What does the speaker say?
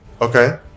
Okay